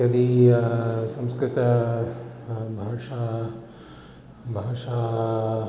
यदि संस्कृतभाषा भाषा